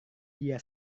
dia